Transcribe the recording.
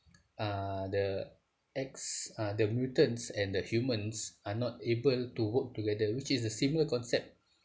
uh the X uh the mutants and the humans are not able to work together which is a similar concept